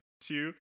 two